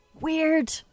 weird